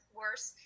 worse